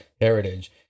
heritage